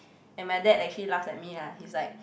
and my dad actually laughed at me lah he's like